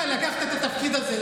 אתה לקחת את התפקיד הזה,